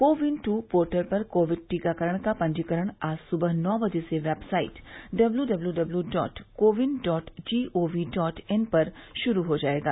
को win two portal पर Covid टीकाकरण का पंजीकरण आज सुबह नौ बजे से website W W W dot CoWIN dot G O V dot in पर शुरू हो जाएगा